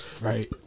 Right